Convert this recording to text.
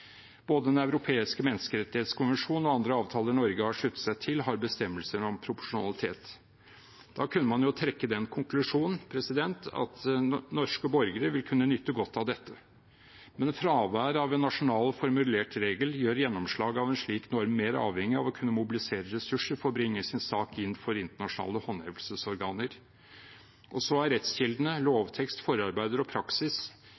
Både Den europeiske menneskerettskonvensjon og andre avtaler Norge har sluttet seg til, har bestemmelser om proporsjonalitet. Da kunne man jo trekke den konklusjonen at norske borgere vil kunne nyte godt av dette. Men fraværet av en nasjonalt formulert regel gjør gjennomslaget av en slik norm mer avhengig av å kunne mobilisere ressurser for å bringe sin sak inn for internasjonale håndhevelsesorganer. Rettskildene – lovtekst, forarbeider og praksis – er